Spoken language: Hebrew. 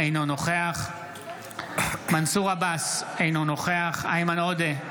אינו נוכח מנסור עבאס, אינו נוכח איימן עודה,